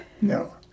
No